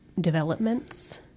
developments